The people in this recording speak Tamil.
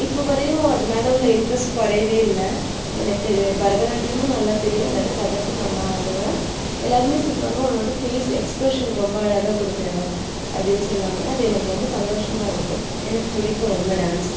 இப்ப வரையும் அது மேல உள்ள இன்ட்ரஸ்ட் குறையவே இல்லை எனக்கு பரதநாட்டியமும் நல்லா தெரியும் அதாட்டம் கதக்கும் நல்லா ஆடுவேன் எல்லாருமே சொல்லுவாங்க உன்னோட ஃபேஸ் எக்ஸ்பிரஷன் ரொம்ப அழகாக கொடுக்குற அப்படின்னு சொல்லுவாங்க அது எனக்கு ரொம்ப சந்தோஷமாக இருக்கும் எனக்கு பிடிக்கும் ரொம்ப டான்ஸ்